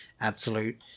absolute